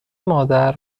مادر